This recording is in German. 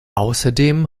außerdem